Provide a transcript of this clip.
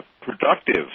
productive